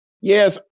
Yes